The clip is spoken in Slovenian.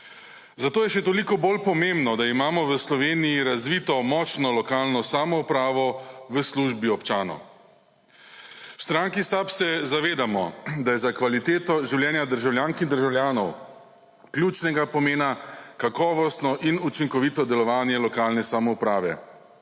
zato je še toliko bolj pomembno, da imamo v Sloveniji razvito močno lokalno samoupravo v službi občanov. V Stranki SAB se zavedamo, da je za kvaliteto življenja državljank in državljanov ključnega pomena kakovostno in učinkovito delovanje lokalne samouprave.